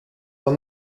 are